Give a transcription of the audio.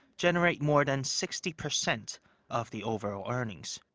generate more than sixty percent of the overall earnings.